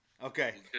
Okay